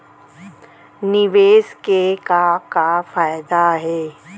निवेश के का का फयादा हे?